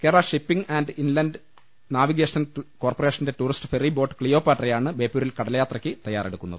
Kerala shipping and inland navigation കോർപ്പറേഷന്റെ tourist ferry boat ക്സിയോപാട്രയാണ് ബേപ്പൂരിൽ കടൽയാ ത്രക്ക് തയ്യാറെടുക്കുന്നത്